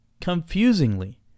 confusingly